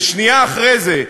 ושנייה אחרי זה,